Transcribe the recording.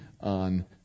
on